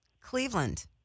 Cleveland